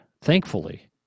thankfully